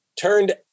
turned